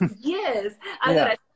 Yes